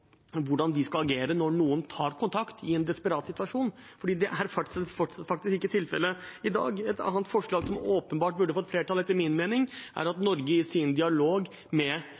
hvordan de skal agere når noen tar kontakt i en desperat situasjon, for det er faktisk ikke tilfellet i dag. Et annet forslag som etter min mening åpenbart burde fått flertall, er at Norge i sin dialog med